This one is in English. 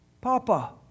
Papa